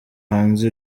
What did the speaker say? hanze